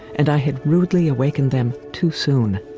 and i had rudely awakened them too soon.